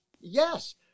Yes